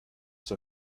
zur